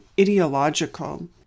ideological